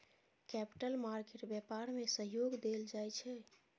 capital market व्यापार में सहयोग देल जाइ छै